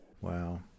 Wow